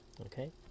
okay